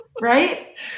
Right